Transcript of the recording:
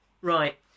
Right